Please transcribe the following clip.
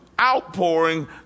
outpouring